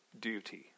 duty